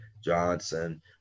Johnson